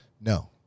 No